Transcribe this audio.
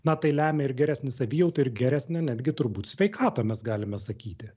na tai lemia ir geresnę savijautą ir geresnę netgi turbūt sveikatą mes galime sakyti